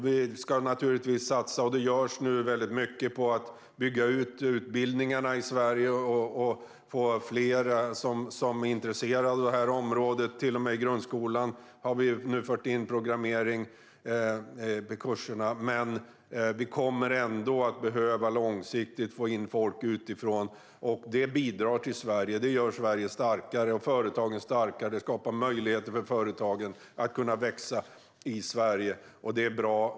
Vi ska nu naturligtvis satsa på att bygga ut utbildningarna i Sverige, vilket nu görs, och få fler intresserade av detta område. Till och med i grundskolan har vi nu fört in programmeringskurser. Men vi kommer ändå långsiktigt att behöva få in folk utifrån. Det bidrar till Sverige och gör Sverige och företagen starkare. Det skapar möjligheter för företagen att växa i Sverige. Det är bra.